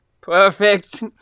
Perfect